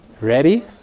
Ready